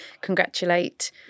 congratulate